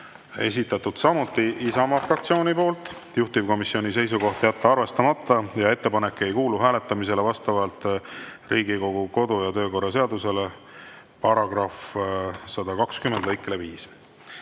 esitanud samuti Isamaa fraktsioon. Juhtivkomisjoni seisukoht on jätta arvestamata ja ettepanek ei kuulu hääletamisele vastavalt Riigikogu kodu‑ ja töökorra seaduse § 120